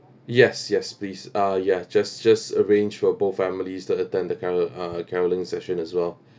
yes yes please ah ya just just arrange for both families to attend the carol~ uh carolling session as well